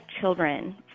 children